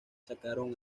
sacaron